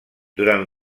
durant